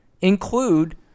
include